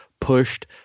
pushed